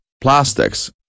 plastics